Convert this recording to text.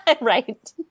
Right